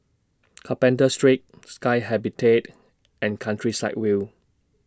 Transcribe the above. Carpenter Street Sky Habitat and Countryside View